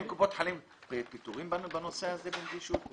האם קופות החולים פטורות בנושא הזה בנגישות?